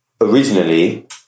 originally